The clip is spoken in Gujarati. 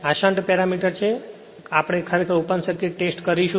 આ શન્ટ પેરામીટર છે આપણે ખરેખર ઓપન સર્કિટ ટેસ્ટ કરીશું